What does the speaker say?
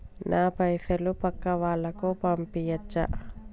నా పైసలు పక్కా వాళ్ళకు పంపియాచ్చా?